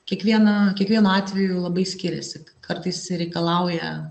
kiekvieną kiekvienu atveju labai skiriasi kartais reikalauja